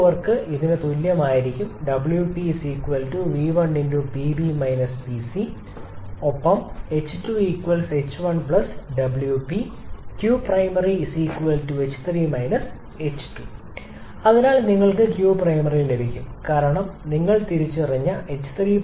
pump work ഇതിന് തുല്യമായിരിക്കും 𝑊𝑃 𝑣1𝑃𝐵 𝑃𝐶 ഒപ്പം ℎ2 ℎ1 𝑊𝑃 𝑞𝑝𝑟𝑖𝑚𝑎𝑟𝑦 ℎ3 ℎ2 അതിനാൽ നിങ്ങൾക്ക് qprimary ലഭിക്കും കാരണം നിങ്ങൾ തിരിച്ചറിഞ്ഞ h3